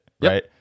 right